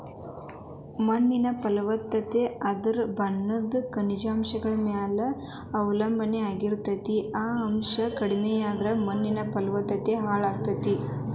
ಮಣ್ಣಿನ ಫಲವತ್ತತೆ ಅದರ ಬಣ್ಣದಾಗ ಖನಿಜಾಂಶಗಳ ಮ್ಯಾಲೆ ಅವಲಂಬನಾ ಆಗಿರ್ತೇತಿ, ಈ ಅಂಶ ಕಡಿಮಿಯಾದ್ರ ಮಣ್ಣಿನ ಫಲವತ್ತತೆ ಹಾಳಾಗ್ತೇತಿ